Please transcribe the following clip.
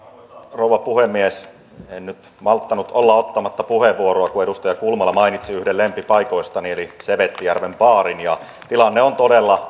rouva puhemies en nyt malttanut olla ottamatta puheenvuoroa kun edustaja kulmala mainitsi yhden lempipaikoistani eli sevettijärven baarin tilanne on todella